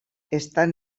estan